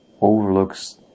overlooks